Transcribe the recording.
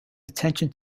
attention